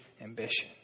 ambition